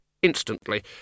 instantly